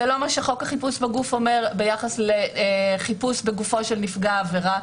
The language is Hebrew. זה לא מה שחוק החיפוש בגוף אומר ביחס לחיפוש בגופו של נפגע העבירה.